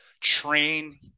train –